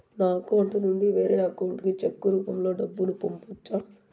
నా అకౌంట్ నుండి వేరే అకౌంట్ కి చెక్కు రూపం లో డబ్బును పంపొచ్చా?